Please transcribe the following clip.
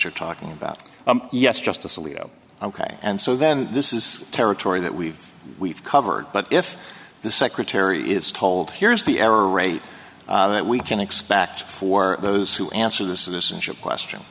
you're talking about yes justice alito ok and so then this is territory that we've we've covered but if the secretary is told here's the error rate that we can expect for those who answer the citizenship question